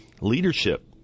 leadership